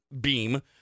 beam